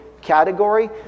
Category